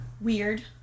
weird